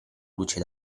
luce